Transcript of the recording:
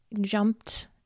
jumped